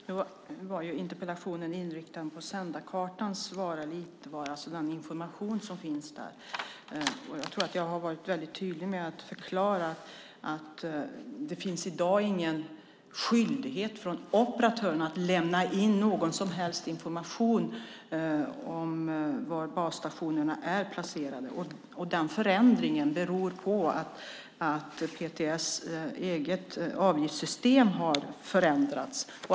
Herr talman! Interpellationen var inriktad på Sändarkartans vara eller inte vara och den information som finns där. Jag tror att jag har varit tydlig med att förklara att det i dag inte finns någon skyldighet för operatörerna att lämna in någon som helst information om var basstationerna är placerade. Den förändringen beror på att PTS eget avgiftssystem har förändrats.